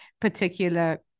particular